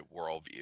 worldview